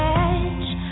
edge